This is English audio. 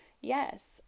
Yes